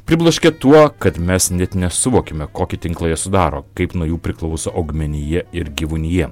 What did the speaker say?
pribloškė tuo kad mes net nesuvokėme kokį tinklą jie sudaro kaip nuo jų priklauso augmenija ir gyvūnija